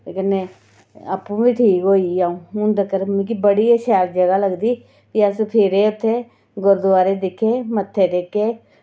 ते कन्नै आपूं बी ठीक होई अ'ऊं हून तगर मिगी बड़ी गै शैल जगह् लगदी ते अस फिरे उत्थै गुरूदुआरे दिक्खे मत्थे टेके